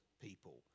people